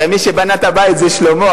הרי מי שבנה את הבית זה שלמה,